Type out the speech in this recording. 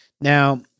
Now